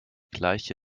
gleiche